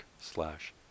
slash